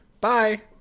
Bye